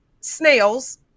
snails